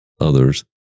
others